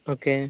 okay